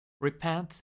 Repent